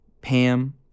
Pam